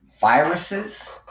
viruses